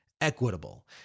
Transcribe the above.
equitable